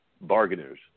bargainers